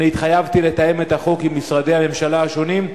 התחייבתי לתאם את החוק עם משרדי הממשלה השונים,